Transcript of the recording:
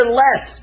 less